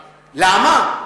למה?